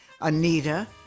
Anita